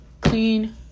clean